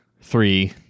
three